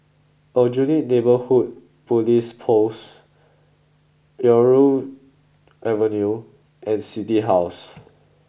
Aljunied Neighbourhood Police Post Irau Avenue and City House